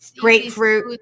grapefruit